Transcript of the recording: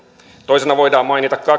toisena voidaan mainita